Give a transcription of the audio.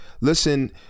Listen